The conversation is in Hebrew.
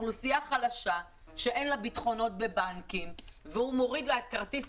אוכלוסייה חלשה שאין לה ביטחונות בבנקים והוא מוריד לה את כרטיס